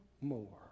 more